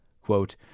Quote